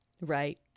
Right